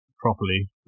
properly